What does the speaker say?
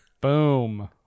Boom